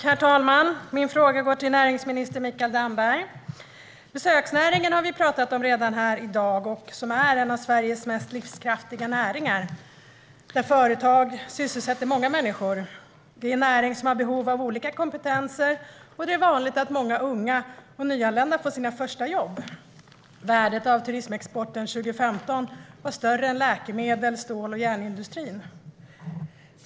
Herr talman! Min fråga går till näringsminister Mikael Damberg. Besöksnäringen har vi talat om här i dag. Den är en av Sveriges mest livskraftiga näringar med företag som sysselsätter många människor. Det är en näring som har behov av olika kompetenser, och det är vanligt att många unga och nyanlända får sina första jobb här. Värdet av turismexporten var 2015 större än läkemedels, stål och järnindustrin.